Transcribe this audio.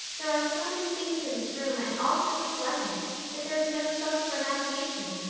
there are so many things in this room and all so splendid that there is no scope for imagination.